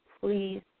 please